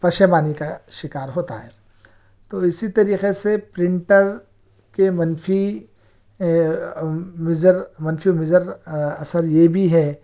پشیمانی کا شکار ہوتا ہے تو اسی طریقے سے پرنٹر کے منفی مضر منفی مضر اثر یہ بھی ہے